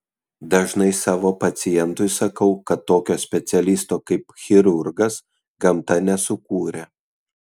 dažnai savo pacientui sakau kad tokio specialisto kaip chirurgas gamta nesukūrė